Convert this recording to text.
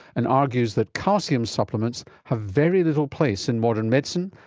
and argues that calcium supplements have very little place in modern medicine,